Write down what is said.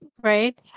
right